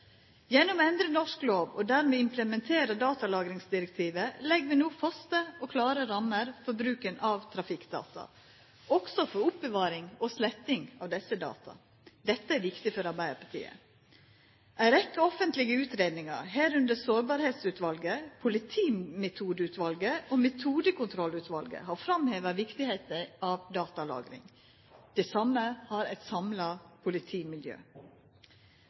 Gjennom å endra norsk lov og dermed implementera datalagringsdirektivet legg vi no faste og klare rammer for bruken av trafikkdata – også for oppbevaring og sletting av desse data. Dette er viktig for Arbeidarpartiet. Ei rekkje offentlege utgreiingar, herunder Sårbarheitsutvalet, Politimetodeutvalet og Metodekontrollutvalet, har framheva viktigheita av datalagring – det same har eit samla politimiljø.